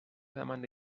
demanda